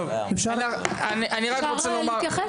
אפשר להתייחס?